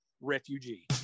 Refugee